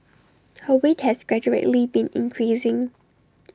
her weight has gradually been increasing